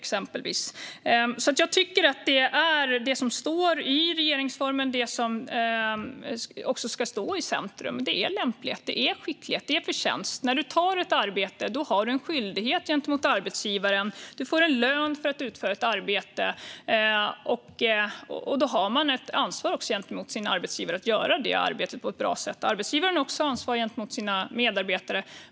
Därför tycker jag att det som står i regeringsformen också är det som ska stå i centrum, och det är lämplighet, skicklighet och förtjänst. När man tar ett arbete har man en skyldighet gentemot arbetsgivaren. Man får en lön för att utföra ett arbete. Då har man också ett ansvar gentemot sin arbetsgivare att göra detta arbete på ett bra sätt. Arbetsgivaren är ansvarig gentemot sina medarbetare.